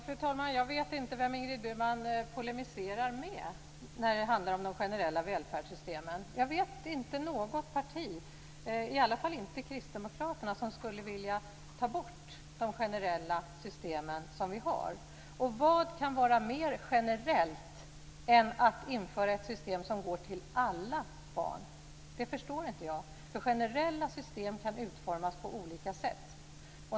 Fru talman! Jag vet inte vem Ingrid Burman polemiserar med när det handlar om de generella välfärdssystemen. Jag vet inte något parti, i alla fall inte Kristdemokraterna, som skulle vilja ta bort de generella system som vi har. Vad kan vara mer generellt än att införa ett system som går till alla barn? Det förstår inte jag. Generella system kan utformas på olika sätt.